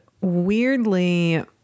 weirdly